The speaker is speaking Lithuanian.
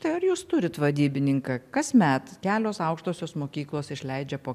tai ar jūs turit vadybininką kasmet kelios aukštosios mokyklos išleidžia po